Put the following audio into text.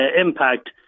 impact